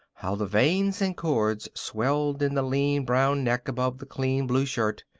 how the veins and cords swelled in the lean brown neck above the clean blue shirt.